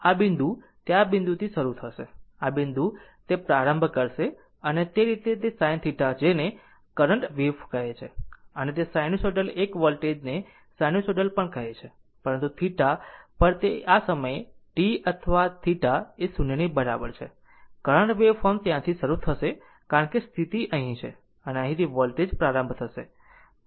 આ બિંદુ તે આ બિંદુથી શરૂ થશે આ બિંદુ એ તે પ્રારંભ કરશે અને તે રીતે તે sin θ જેને આ કરંટ વેવ કહે છે તે આ સાઈનુસાઇડલ એક વોલ્ટેજ ને સાઈનુસાઇડલ પણ કહે છે પરંતુ θ પર આ સમયે t અથવા θ એ 0 ની બરાબર છે કરંટ વેવફોર્મ ત્યાંથી શરૂ થશે કારણ કે સ્થિતિ અહીં છે અને અહીંથી વોલ્ટેજ પ્રારંભ થશે